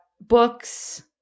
books